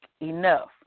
enough